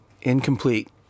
incomplete